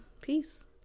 Peace